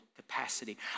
capacity